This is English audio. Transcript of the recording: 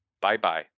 bye-bye